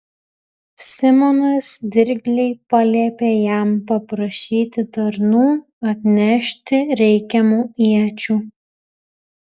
simonas dirgliai paliepė jam paprašyti tarnų atnešti reikiamų iečių